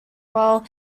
while